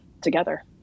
together